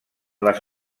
les